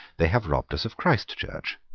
they have robbed us of christ church.